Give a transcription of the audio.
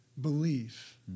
belief